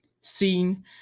scene